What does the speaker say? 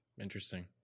Interesting